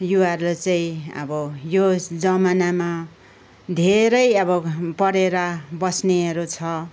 युवाहरूले चाहिँ अब यो जमानामा धेरै अब पढेर बस्नेहरू छ